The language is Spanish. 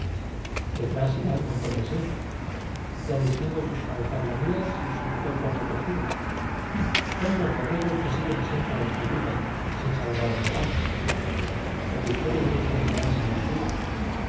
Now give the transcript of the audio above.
detrás irá el montón de siempre ya dis tingo sus cabezas lanudas y sus cuernos retorcidos son los borregos que siguen siempre á los que gri tan sin saber adónde van pero ustedes me dispen sarán si me retiro